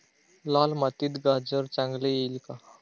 लाल मातीत गाजर चांगले येईल का?